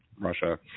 russia